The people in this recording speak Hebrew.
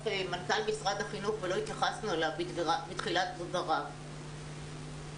מנכ"ל משרד החינוך בתחילת דבריו ולא התייחסנו אליו.